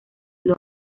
los